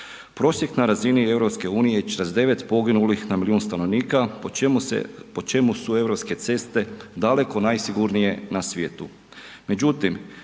Prosjek na razini EU 49 poginulih na milijun stanovnika po čemu su europske ceste daleko najsigurnije na svijetu.